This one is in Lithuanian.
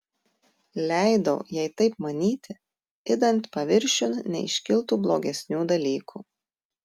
leidau jai taip manyti idant paviršiun neiškiltų blogesnių dalykų